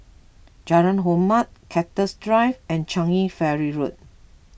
Jalan Hormat Cactus Drive and Changi Ferry Road